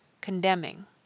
condemning